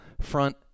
front